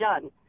done